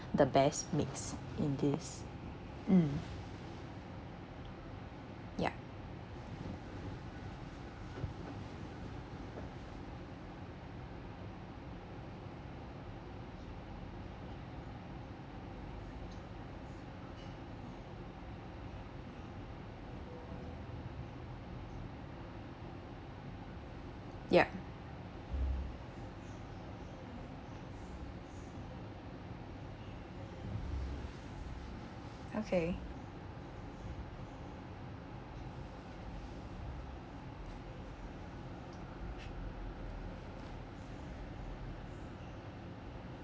the best mix in this mm ya ya okay